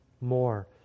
more